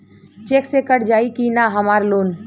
Check से cut जाई की ना हमार लोन?